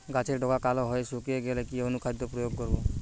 গাছের ডগা কালো হয়ে শুকিয়ে গেলে কি অনুখাদ্য প্রয়োগ করব?